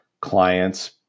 clients